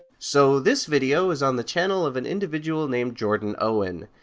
so, this video is on the channel of an individual named jordan owen.